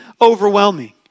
overwhelming